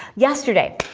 yesterday!